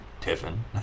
Tiffin